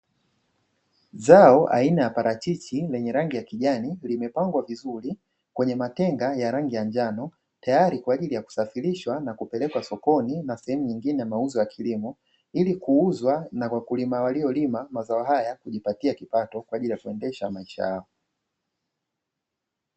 Zao aina ya parachichi lenye rangi ya kijani limepangwa vizuri kwenye matenga ya rangi ya njano, tayari kwa ajili ya kusafirishwa na kupelekwa sokoni na sehemu nyingine za mauzo ya kilimo, ili kuuzwa na wakulima waliolima mazao haya kujipatia kipato kwa ajili ya kuendesha maisha yao.